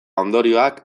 ondorioak